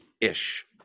ish